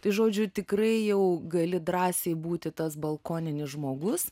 tai žodžiu tikrai jau gali drąsiai būti tas balkoninis žmogus